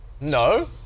No